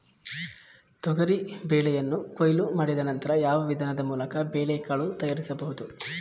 ತೊಗರಿ ಬೇಳೆಯನ್ನು ಕೊಯ್ಲು ಮಾಡಿದ ನಂತರ ಯಾವ ವಿಧಾನದ ಮೂಲಕ ಬೇಳೆಕಾಳು ತಯಾರಿಸಬಹುದು?